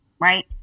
Right